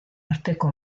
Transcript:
arteko